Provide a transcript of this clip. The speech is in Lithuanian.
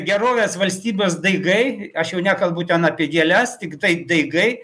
gerovės valstybės daigai aš jau nekalbu ten apie gėles tiktai daigai